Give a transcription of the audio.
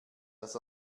das